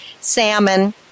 salmon